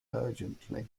urgently